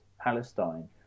Palestine